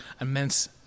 immense